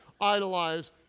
idolize